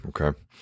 okay